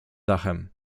dachem